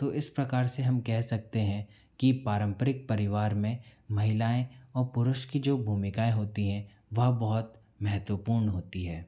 तो इस प्रकार से हम कह सकते हैं कि पारंपरिक परिवार में महिलाएं और पुरुष की जो भूमिकाएं होती हैं वह बहुत महत्वपूर्ण होती है